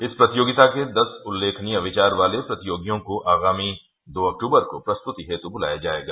इस प्रतियोगिता के दस उल्लेखनीय विचार वाले प्रतियोगियों को आगामी दो अक्टूबर को प्रस्तति हेत् बुलाया जायेगा